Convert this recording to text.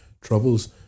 troubles